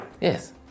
Yes